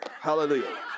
Hallelujah